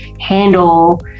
handle